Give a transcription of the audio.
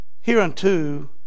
hereunto